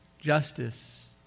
justice